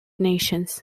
nations